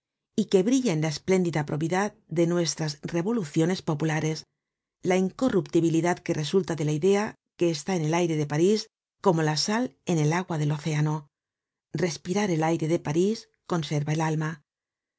y que brilla en la espléndida probidad de nuestras revoluciones populares la incorruptibilidad que resulta de la idea que está en el aire de parís como la sal en el agua del océano respirar el aire de parís conserva el alma